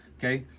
okay,